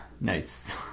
nice